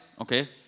Okay